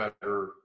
better